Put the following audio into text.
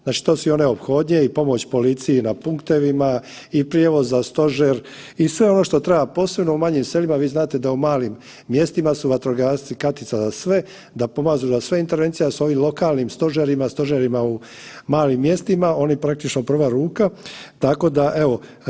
Znači to su i one ophodne i pomoć policiji na punktovima i prijevoza, stožer i sve ono što treba, posebno u manjim sredinama, vi znate da u malim mjestima su vatrogasci Katica za sve, da pomažu za sve intervencije, da su ovim lokalnim stožerima, stožerima u malim mjestima, oni praktično prva ruka, tako da, evo.